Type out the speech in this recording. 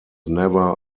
never